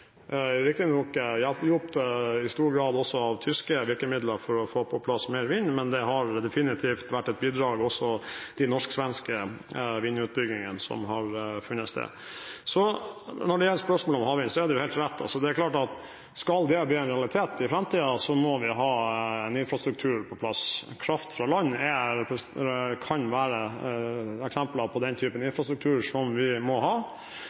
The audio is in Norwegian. riktignok i stor grad hjulpet av tyske virkemidler for å få på plass mer vind, men det har definitivt vært et bidrag også til den norsk-svenske vindutbyggingen som har funnet sted. Så når det gjelder spørsmålet om havvind: Det er helt rett at skal det bli en realitet i fremtiden, så må vi ha en infrastruktur på plass, og kraft fra land kan være eksempler på den typen infrastruktur som vi må ha.